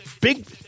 big